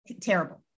terrible